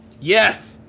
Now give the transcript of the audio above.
Yes